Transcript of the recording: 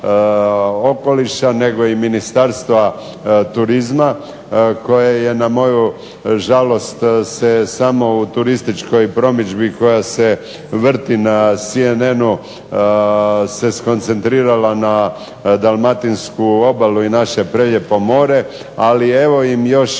okoliša nego i ministarstva turizma koje je na moju žalost se samo u turističkoj promidžbi koja se vrti na CNN-u se skoncentrirala na Dalmatinsku obalu i naše more, ali evo im još